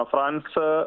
France